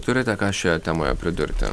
turite ką šioje temoje pridurti